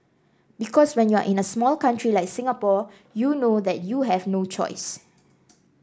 because when you are a small country like Singapore you know that you have no choice